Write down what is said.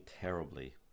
terribly